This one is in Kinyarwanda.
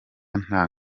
nta